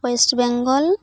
West Bengal